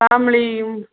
ஃபேமிலியும்